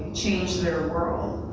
change their world,